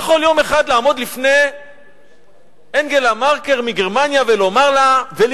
יום אחד הוא יכול לעמוד בפני אנגלה מרקל מגרמניה ולהתגאות